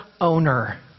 owner